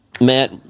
Matt